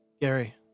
Gary